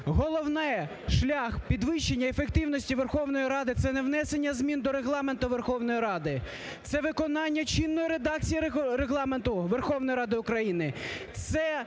головне, шлях підвищення ефективності Верховної Ради це не внесення змін до Регламенту Верховної Ради, це виконання чинної редакції Верховної Ради України, це